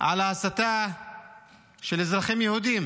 על ההסתה של אזרחים יהודים.